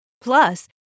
Plus